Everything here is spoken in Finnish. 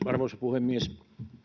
arvoisa puhemies